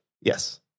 Yes